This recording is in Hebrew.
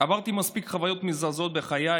"עברתי מספיק חוויות מזעזעות בחיי,